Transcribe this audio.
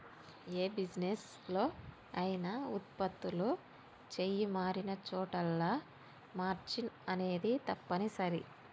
యే బిజినెస్ లో అయినా వుత్పత్తులు చెయ్యి మారినచోటల్లా మార్జిన్ అనేది తప్పనిసరి